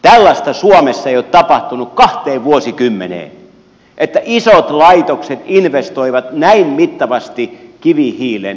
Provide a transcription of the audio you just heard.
suomessa ei ole tapahtunut kahteen vuosikymmeneen tällaista että isot laitokset investoivat näin mittavasti kivihiilen lisäkäyttöön